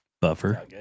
Buffer